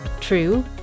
true